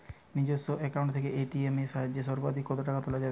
নিজস্ব অ্যাকাউন্ট থেকে এ.টি.এম এর সাহায্যে সর্বাধিক কতো টাকা তোলা যায়?